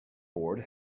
board